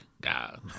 God